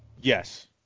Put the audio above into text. Yes